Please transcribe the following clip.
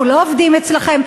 אנחנו לא עובדים אצלכם,